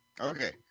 Okay